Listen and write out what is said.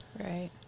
Right